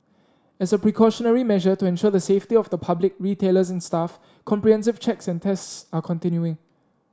as a precautionary measure to ensure the safety of the public retailers and staff comprehensive checks and tests are continuing